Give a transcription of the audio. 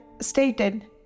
stated